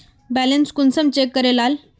Balance कुंसम check करे लाल?